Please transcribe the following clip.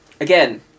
Again